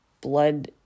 blood